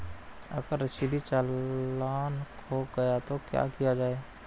अगर रसीदी चालान खो गया तो क्या किया जाए?